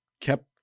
kept